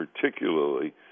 particularly